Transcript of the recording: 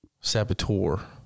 Saboteur